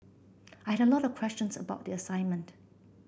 I had a lot of questions about the assignment